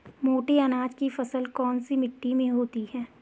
मोटे अनाज की फसल कौन सी मिट्टी में होती है?